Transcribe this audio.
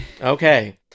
Okay